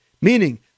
Meaning